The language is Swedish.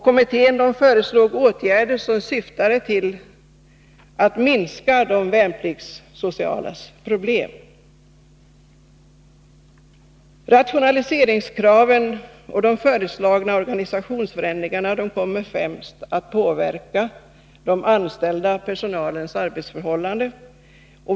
Kommittén föreslog åtgärder som syftade till att minska de värnpliktssociala problemen. Rationaliseringskraven och de föreslagna organisationsförändringarna kommer främst att påverka den anställda personalens arbetsförhållanden.